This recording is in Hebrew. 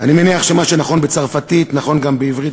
אני מניח שמה שנכון בצרפתית נכון גם בעברית,